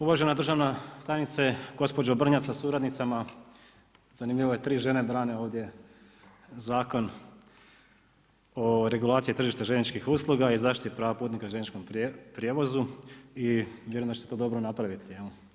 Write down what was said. Uvažena državna tajnice, gospođo Brnjac sa suradnicama, zanimljivo je, tri žene brane ovdje Zakon o regulaciji tržišta željezničkih usluga i zaštiti prava putnika u željezničkom prijevozu i vjerujem da ćete to dobro napraviti.